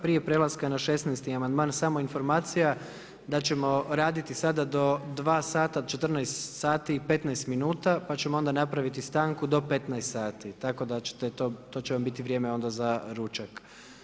Prije prelaska na 16. amandman samo informacija da ćemo raditi sada do dva sata 14 sati i 15 minuta pa ćemo onda napraviti stanku do 15,00 sati tako da ćete to, to će vam biti vrijeme onda za ručak.